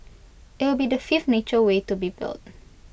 IT will be the fifth nature way to be built